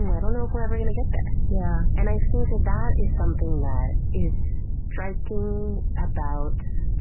and i don't know if we're ever gonna get there. yeah and i think that that is something that is striking about